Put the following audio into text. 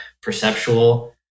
perceptual